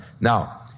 Now